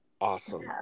Awesome